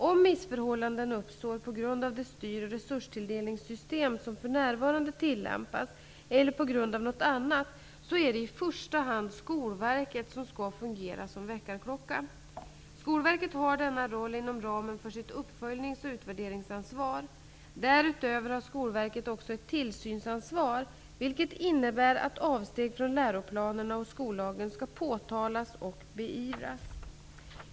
Om missförhållanden uppstår på grund av det styr och resurstilldelningssystem som för närvarande tillämpas eller på grund av något annat, är det i första hand Skolverket som skall fungera som väckarklocka. Skolverket har denna roll inom ramen för sitt uppföljnings och utvärderingsansvar. Därutöver har Skolverket också ett tillsynsansvar, vilket innebär att avsteg från läroplanerna och skollagen skall påtalas och beivras.